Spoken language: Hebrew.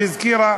שהזכירה,